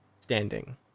standing